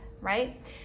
right